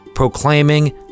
proclaiming